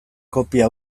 kopia